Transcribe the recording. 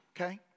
okay